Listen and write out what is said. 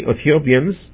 Ethiopians